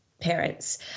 parents